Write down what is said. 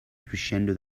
crescendo